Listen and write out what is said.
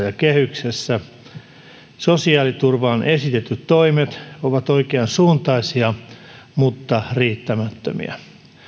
ja kehyksessä sosiaaliturvaan esitetyt toimet ovat oikeansuuntaisia mutta riittämättömiä